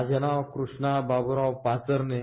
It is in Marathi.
माझं नाव कृष्णा बाब्राव पाचरनेर